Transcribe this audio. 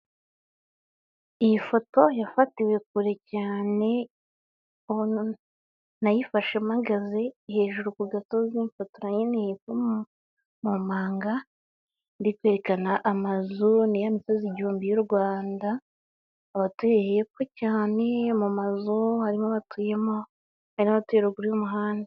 Iyi foto yafatiwe kure cyane nayifashe mpagaze hejuru ku gasozi mfotora nyeneye mu mpanga ndi kwerekana amazu ni ya misozi igihumbi y'u Rwanda abatuye hepfo cyane mu mazu harimo abatuyemo hari n'abatuye ruguru y'umuhanda.